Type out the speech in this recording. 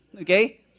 okay